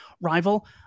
rival